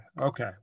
Okay